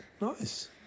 Nice